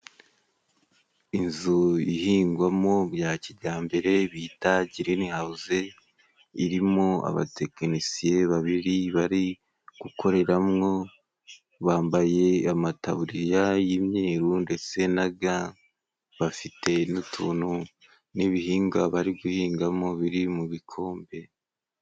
Inzu ihingwamo bya kijyambere bita girini hawuzi, irimo abatekinisiye babiri bari gukoreramo, bambaye amataburiya y'imyeru ndetse na ga, bafite n'utuntu n'ibihingwa bari guhingamo biri mu bikombe.